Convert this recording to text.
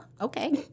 okay